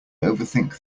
overthink